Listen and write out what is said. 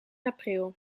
april